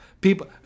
People